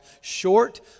short